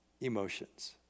emotions